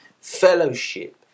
fellowship